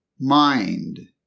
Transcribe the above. mind